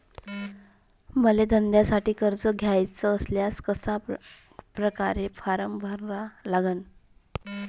मले धंद्यासाठी कर्ज घ्याचे असल्यास कशा परकारे फारम भरा लागन?